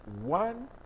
one